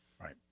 Right